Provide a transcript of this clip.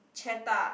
cheddar